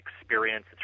experience